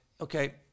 okay